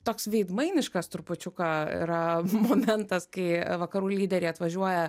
toks veidmainiškas trupučiuką yra momentas kai vakarų lyderiai atvažiuoja